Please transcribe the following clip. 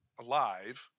alive